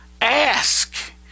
ask